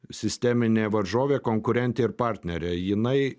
sisteminė varžovė konkurentė ir partnerė jinai